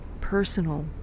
personal